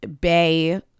bay